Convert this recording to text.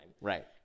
Right